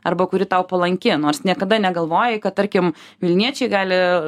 arba kuri tau palanki nors niekada negalvojai kad tarkim vilniečiai gali